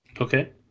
okay